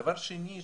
דבר שני,